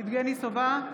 יבגני סובה,